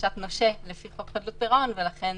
בקשת נושה לפי חוק חדלות פירעון ולכן